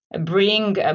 bring